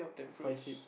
five seed